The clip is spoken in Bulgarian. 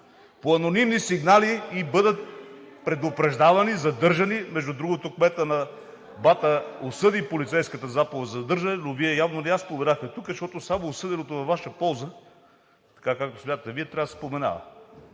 По анонимни сигнали и биват предупреждавани, задържани. Между другото, кметът на Бата осъди полицейската заповед за задържане, но Вие явно не я споменахте тук, защото само осъденото във Ваша полза – така, както смятате Вие, трябва да се споменава.